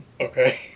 Okay